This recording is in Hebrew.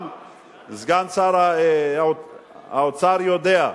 גם סגן שר האוצר יודע,